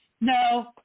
No